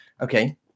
Okay